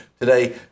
today